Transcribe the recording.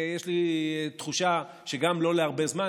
ויש לי תחושה שגם לא להרבה זמן.